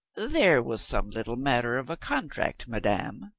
there was some little matter of a contract, madame,